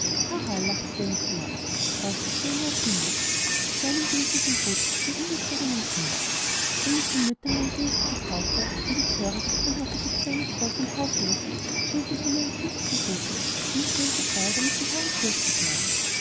lachte der nikolaus das ist meine erfindung die kleinen besen sind ruten für die ungezogenen kinder wenn ich den müttern meine besen verkaufe und ich höre daß unartiges kleines volk im hause ist schenke ich ihnen eine tüchtige rute um die bösen schreier damit gehörig durchzubläuen